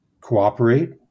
cooperate